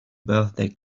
birthday